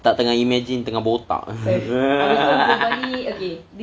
tak tengah imagine tengah botak